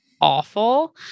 awful